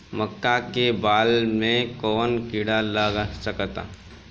मका के बाल में कवन किड़ा लाग सकता?